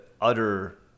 utter